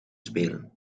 spelen